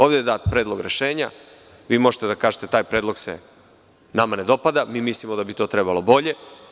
Ovde je dat predlog rešenja i vi možete da kažete, taj predlog se nama ne dopada, mi mislimo da bi to trebalo bolje.